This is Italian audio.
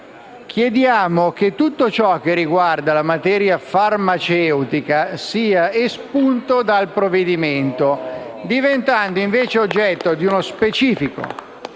chiediamo che tutto ciò che riguarda la materia farmaceutica sia espunto dal provvedimento, diventando oggetto di uno specifico